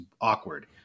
awkward